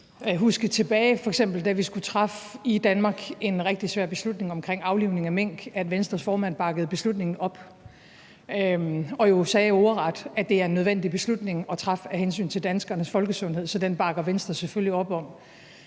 vi i Danmark skulle træffe en rigtig svær beslutning om aflivning af mink, at Venstres formand bakkede beslutningen op og sagde ordret, at det er en nødvendig beslutning at træffe af hensyn til danskernes folkesundhed, så den bakker Venstre selvfølgelig op om.